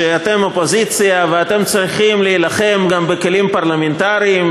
ונזכרתם שאתם אופוזיציה ואתם צריכים להילחם גם בכלים פרלמנטריים,